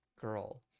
girl